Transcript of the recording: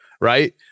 Right